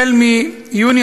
החל מיוני